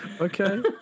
okay